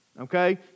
Okay